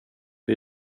det